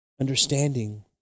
understanding